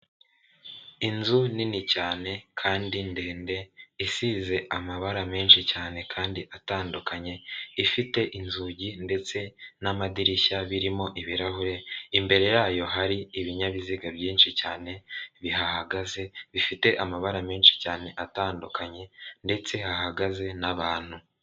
Inzu nini cyane kandi ndende isize amabara menshi cyane kandi atandukanye, ifite inzugi ndetse n'amadirishya birimo ibirahure, imbere yayo hari ibinyabiziga byinshi cyane bihagaze bifite amabara menshi cyane atandukanye ndetse hahagaze n'abantu.